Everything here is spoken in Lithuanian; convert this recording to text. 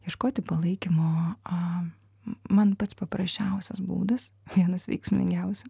ieškoti palaikymo a man pats paprasčiausias būdas vienas veiksmingiausių